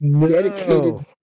dedicated